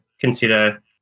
consider